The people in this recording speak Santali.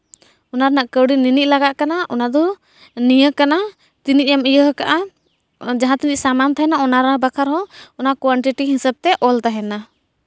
ᱚᱱᱟ ᱨᱮᱱᱟᱜ ᱠᱟᱹᱣᱰᱤ ᱱᱤᱱᱟᱹᱜ ᱞᱟᱜᱟᱜ ᱠᱟᱱᱟ ᱚᱱᱟ ᱫᱚ ᱱᱤᱭᱟᱹ ᱠᱟᱱᱟ ᱛᱤᱱᱟᱹᱜ ᱮᱢ ᱤᱭᱟᱹ ᱟᱠᱟᱫᱼᱟ ᱡᱟᱦᱟᱸ ᱛᱤᱱᱟᱹᱜ ᱥᱟᱢᱟᱱ ᱛᱟᱦᱮᱱᱟ ᱚᱱᱟ ᱵᱟᱠᱷᱨᱟ ᱦᱚᱸ ᱚᱱᱟ ᱠᱚᱣᱟᱱᱴᱤᱴᱤ ᱦᱤᱥᱟᱹᱵ ᱛᱮ ᱚᱞ ᱛᱟᱦᱮᱱᱟ